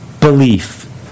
belief